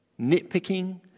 nitpicking